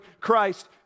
Christ